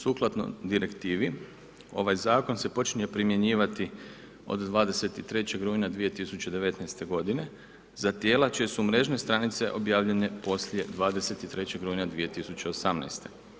Sukladno direktivi, ovaj zakon se počinje primjenjivati od 23. rujna 2019. g. za tijela čija su mrežne stranice objavljene poslije 23. rujna 2018.